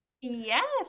yes